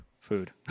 Food